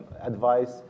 advice